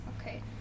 okay